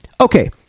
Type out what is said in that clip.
Okay